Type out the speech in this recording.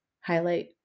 highlight